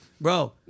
Bro